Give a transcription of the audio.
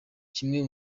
kimwe